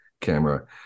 camera